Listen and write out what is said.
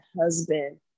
husband